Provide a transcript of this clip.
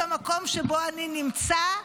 במקום שבו אני נמצא,